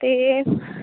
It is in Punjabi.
ਅਤੇ